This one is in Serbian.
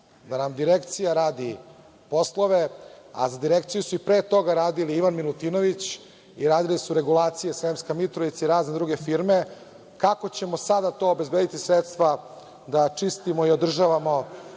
da nam Direkcija radi poslove, a za Direkciju su i pre toga radili, „Ivan Milutinović“ i radili su „Regulacije Sremska Mitrovica“ i razne druge firme, kako ćemo sada za to obezbediti sredstva da čistimo i održavamo